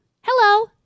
hello